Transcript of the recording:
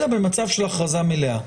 אלא במצב של הכרזה מלאה.